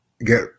get